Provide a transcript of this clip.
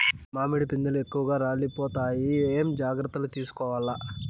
మామిడి పిందెలు ఎక్కువగా రాలిపోతాయి ఏమేం జాగ్రత్తలు తీసుకోవల్ల?